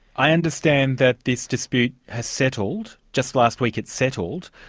i understand that this dispute has settled, just last week it settled.